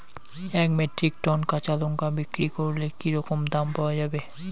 এক metric ton কাঁচা লঙ্কা বিক্রি করলে কি রকম দাম পাওয়া যাবে?